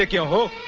your home